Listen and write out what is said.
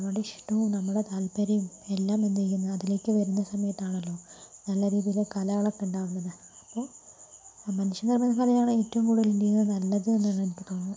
നമ്മുടെ ഇഷ്ടവും നമ്മുടെ താത്പര്യവും എല്ലാം എന്ത് ചെയ്യും അതിലേക്ക് വരുന്ന സമയത്താണല്ലോ നല്ല രീതിയിൽ കലകളൊക്കെ ഉണ്ടാകുന്നത് അപ്പോൾ ആ മനുഷ്യ നിർമ്മിത കലയാണ് ഏറ്റവും കൂടുതൽ എന്ത് ചെയ്താൽ നല്ലത് എന്നാണ് എനിക്ക് തോന്നുന്നത്